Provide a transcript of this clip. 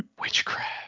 Witchcraft